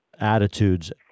attitudes